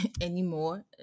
anymore